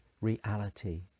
reality